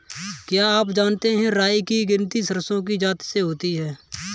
क्या आप जानते है राई की गिनती सरसों की जाति में होती है?